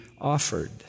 offered